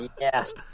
Yes